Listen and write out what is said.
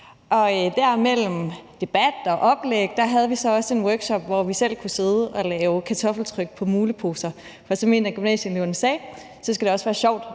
Der mellem debat og oplæg havde vi også en workshop, hvor vi selv kunne sidde og lave kartoffeltryk på muleposer, for som en af gymnasieeleverne sagde, skal det også være sjovt